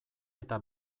eta